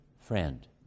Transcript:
friend